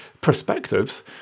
perspectives